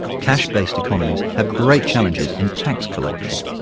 cash-based economies have great challenges in tax collection.